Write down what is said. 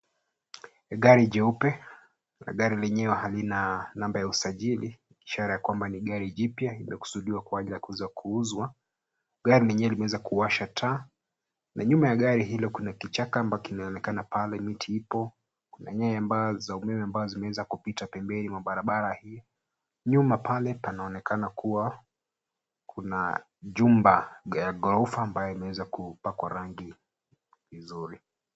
Gari jeupe na gari lenyewe halina namba ya usajili, ishara kwamba ni gari jipya limekusudiwa kwa ajili ya kuweza kuuzwa. Gari lenyewe limeweza kuwasha taa. Na nyuma ya gari hilo, kuna kichaka ambacho kinaonekana pale, miti ipo na nyaya ambazo zimeweza kupita pembeni mwa barabara hiyo. Nyuma pale panaonekana kuwa kuna jumba, ghorofa ambayo imeweza kupakwa rangi nzuri.